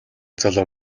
залуу